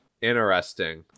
interesting